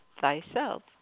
thyself